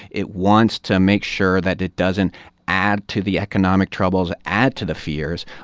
it wants to make sure that it doesn't add to the economic troubles, add to the fears.